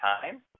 time